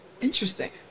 Interesting